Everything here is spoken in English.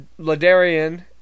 Ladarian